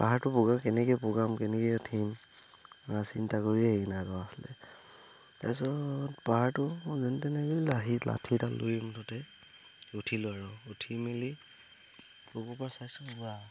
পাহাৰটো বগাম কেনেকে বগাম কেনেকে উঠিম চিন্তা কৰিয়ে সেইনাগ আছিলে তাৰপিছত পাহাৰটো